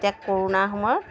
এতিয়া কৰোণাৰ সময়ত